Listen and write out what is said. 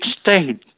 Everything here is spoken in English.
state